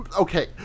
Okay